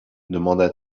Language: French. demanda